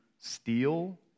steal